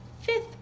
fifth